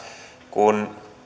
kun